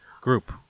group